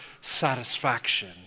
satisfaction